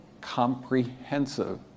Comprehensive